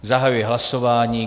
Zahajuji hlasování.